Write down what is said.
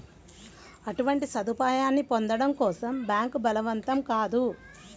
అటువంటి సదుపాయాన్ని పొందడం కోసం బ్యాంక్ బలవంతం కాదు